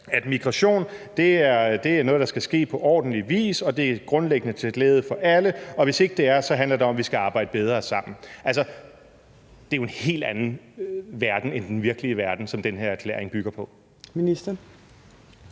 at migration er noget, der skal ske på ordentlig vis, og at det grundlæggende er til glæde for alle, og hvis ikke det er det, handler det om, at vi skal arbejde bedre sammen. Altså, det er jo en helt anden verden end den virkelige verden, den her erklæring bygger på. Kl.